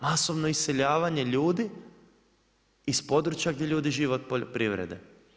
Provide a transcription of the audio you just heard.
Masovno iseljavanje ljudi iz područja gdje ljudi žive od poljoprivrede.